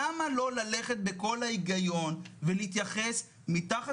למה לא ללכת בקול ההיגיון ולהתייחס מתחת